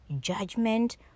judgment